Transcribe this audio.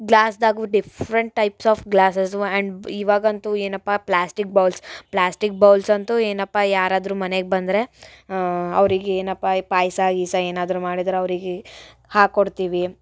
ಗ್ಲಾಸ್ದಾಗೂ different types of glasses and ಇವಾಗಂತೂ ಏನಪ್ಪ plastic bowls plastic bowls ಅಂತೂ ಏನಪ್ಪ ಯಾರಾದರೂ ಮನೆಗೆ ಬಂದರೆ ಅವರಿಗೆ ಏನಪ್ಪ ಈ ಪಾಯಸ ಗೀಯಸ ಏನಾದರೂ ಮಾಡಿದ್ರೆ ಅವ್ರಿಗೆ ಹಾಕ್ಕೊಡ್ತೀವಿ